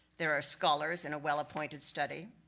there are scholars in a well-appointed study,